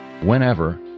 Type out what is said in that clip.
whenever